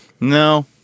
No